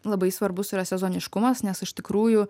labai svarbus yra sezoniškumas nes iš tikrųjų